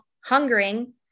hungering